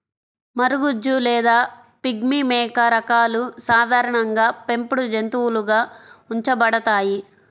మరగుజ్జు లేదా పిగ్మీ మేక రకాలు సాధారణంగా పెంపుడు జంతువులుగా ఉంచబడతాయి